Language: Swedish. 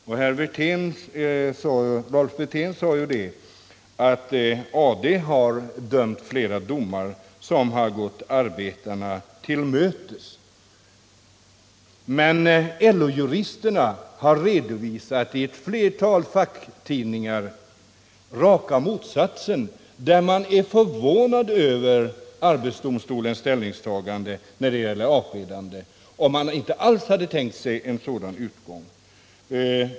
Rolf Wirtén sade att arbetsdomstolen har avkunnat flera domar som har gått arbetarna till mötes, men LO-juristerna har redovisat i ett flertal facktidningar raka motsatsen. De är förvånade över domstolens ställningstagande när det gäller avskedande i fall där man inte alls hade tänkt sig en sådan utgång.